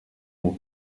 mon